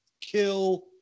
kill